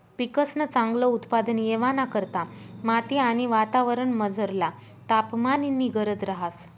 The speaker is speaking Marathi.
पिकंसन चांगल उत्पादन येवाना करता माती आणि वातावरणमझरला तापमाननी गरज रहास